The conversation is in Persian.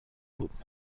بود